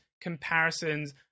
comparisons